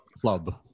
club